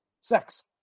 sex